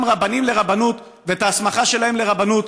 רבנים לרבנות ואת ההסמכה שלהם לרבנות.